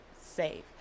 safe